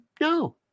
No